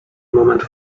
moment